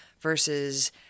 versus